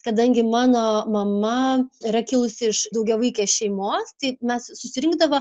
kadangi mano mama yra kilusi iš daugiavaikės šeimos tai mes susirinkdavo